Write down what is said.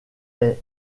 est